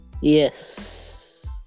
Yes